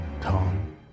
Tom